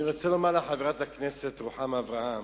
אני רוצה לומר לחברת הכנסת רוחמה אברהם,